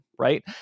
Right